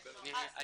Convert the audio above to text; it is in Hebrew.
בבקשה.